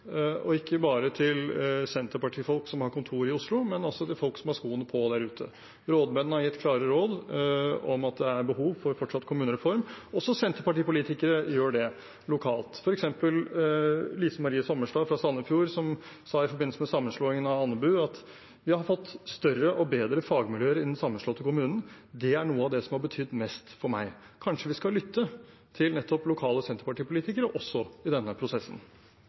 ikke bare til Senterparti-folk som har kontor i Oslo, men også til folk som har skoen på der ute. Rådmennene har gitt klare råd om at det er behov for fortsatt kommunereform. Også Senterparti-politikere lokalt gjør det, f.eks. Lise Marie Sommerstad fra Sandefjord, som i forbindelse med sammenslåingen med Andebu sa: «Vi har fått større forhold og større og bedre fagmiljøer i den sammenslåtte kommunen. Det er noe av det som har betydd mest for meg.» Kanskje vi skal lytte til nettopp lokale Senterparti-politikere også i denne prosessen.